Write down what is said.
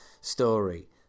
story